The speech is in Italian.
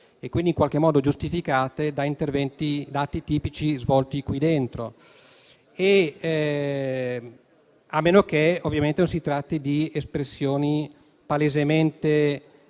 quindi in qualche modo giustificate, da interventi e atti tipici svolti in queste sedi. A meno che non si tratti di espressioni palesemente